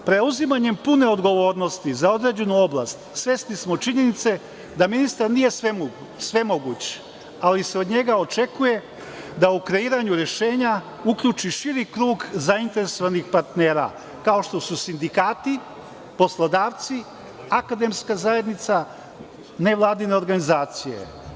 Preuzimanjem pune odgovornosti za određenu oblast, svesni smo činjenice da ministar nije svemoguć, ali se od njega očekuje da u kreiranju rešenja uključi širi krug zainteresovanih partnera, kao što su sindikati, poslodavci, akademska zajednica, ne vladine organizacije.